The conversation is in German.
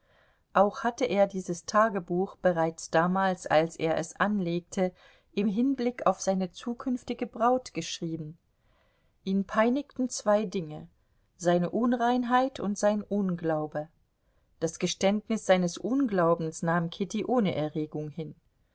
auch hatte er dieses tagebuch bereits damals als er es anlegte im hinblick auf seine zukünftige braut geschrieben ihn peinigten zwei dinge seine unreinheit und sein unglaube das geständnis seines unglaubens nahm kitty ohne erregung hin